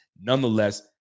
nonetheless